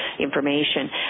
information